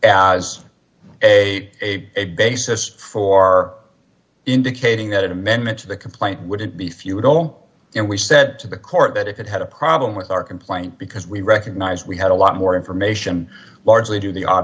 a a basis for indicating that an amendment to the complaint wouldn't be futile and we said to the court that it had a problem with our complaint because we recognize we had a lot more information largely due the o